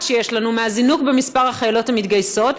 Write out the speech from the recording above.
שיש לנו מהזינוק במספר החיילות המתגייסות.